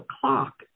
clock